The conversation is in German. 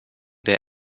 der